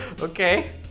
Okay